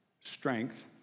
strength